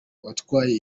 watwaye